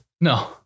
No